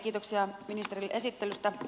kiitoksia ministerille esittelystä